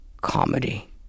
comedy